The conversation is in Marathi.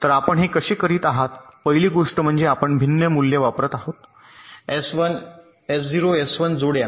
तर आपण हे कसे करीत आहात पहिली गोष्ट म्हणजे आपण भिन्न मूल्ये वापरत आहोत एस 0 एस 1 जोड्या